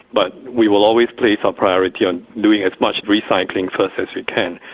but we will always place our priority on doing as much recycling first as we can,